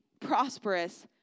prosperous